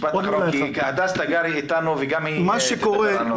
משפט אחרון, כי הדס תגרי איתנו והיא תדע לענות.